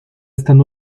están